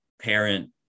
parent